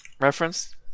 reference